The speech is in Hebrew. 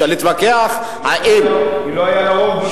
אפשר להתווכח האם, כי לא היה לה רוב בכנסת.